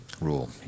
rule